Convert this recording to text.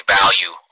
value